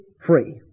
free